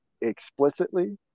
explicitly